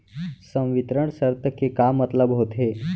संवितरण शर्त के का मतलब होथे?